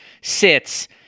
sits